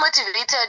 motivated